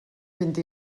vint